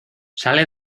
sale